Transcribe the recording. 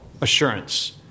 assurance